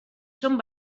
són